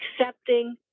accepting